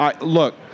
look